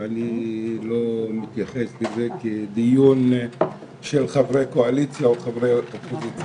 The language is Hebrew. ואני לא מתייחס לזה כדיון של חברי קואליציה או חברי אופוזיציה.